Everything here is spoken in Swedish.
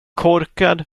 korkad